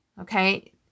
okay